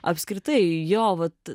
apskritai jo vat